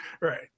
right